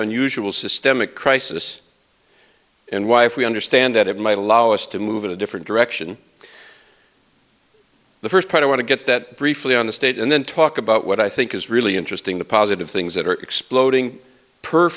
unusual systemic crisis and why if we understand that it might allow us to move in a different direction the first part i want to get that briefly on the state and then talk about what i think is really interesting the positive things that are exploding per